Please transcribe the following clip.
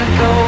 go